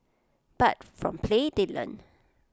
but from play they learn